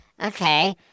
Okay